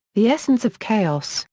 the essence of chaos,